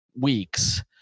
weeks